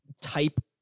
type